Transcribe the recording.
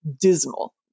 dismal